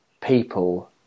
people